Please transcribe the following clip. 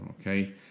okay